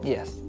Yes